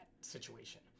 situation